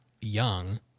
young